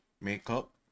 makeup